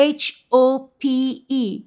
hope